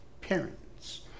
parents